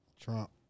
Trump